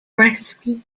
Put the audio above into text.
breastfeeds